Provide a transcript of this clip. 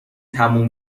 تموم